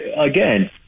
again